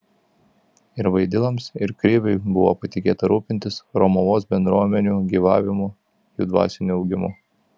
ir vaidiloms ir kriviui buvo patikėta rūpintis romuvos bendruomenių gyvavimu jų dvasiniu augimu